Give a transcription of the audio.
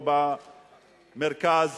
או במרכז,